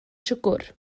siwgr